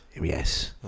Yes